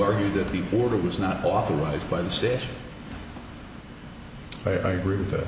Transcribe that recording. argued that the order was not authorized by the station i agree with that